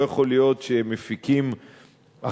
לא יכול להיות שמפיקים הכנסות,